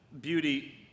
beauty